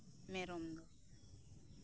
ᱢᱮᱨᱚᱢ ᱫᱚ